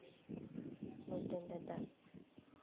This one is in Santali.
ᱵᱟᱹᱞᱴᱤ ᱨᱮ ᱫᱟᱜ